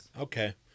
Okay